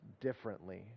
differently